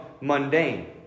mundane